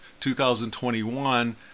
2021